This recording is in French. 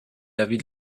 l’avis